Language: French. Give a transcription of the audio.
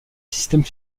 systèmes